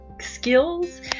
skills